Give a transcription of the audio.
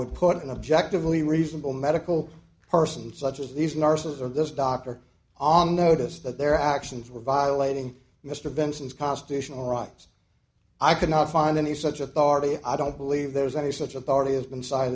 would put an objective only reasonable medical person such as these nurses and this doctor on notice that their actions were violating mr benson's constitutional rights i could not find any such authority i don't believe there's any such authority has been